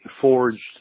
forged